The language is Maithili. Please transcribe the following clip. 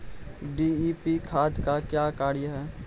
डी.ए.पी खाद का क्या कार्य हैं?